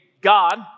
God